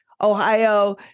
Ohio